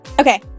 Okay